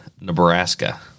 Nebraska